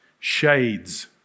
shades